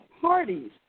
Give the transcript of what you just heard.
parties